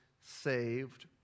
saved